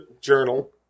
journal